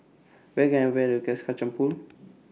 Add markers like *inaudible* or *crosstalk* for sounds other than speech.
Where Can I Find Best *unintelligible* Pool